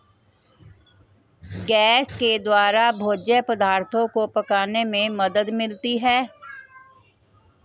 gas के द्वारा भोज्य पदार्थो को पकाने में मदद मिलती है